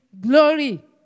glory